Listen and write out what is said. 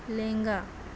ᱞᱮᱸᱜᱟ